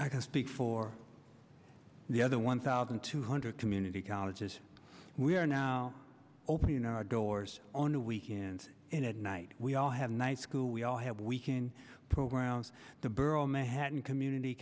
i can speak for the other one thousand two hundred community colleges we are now open you know doors on a weekend and at night we all have night school we all have weekend programs the borough of manhattan community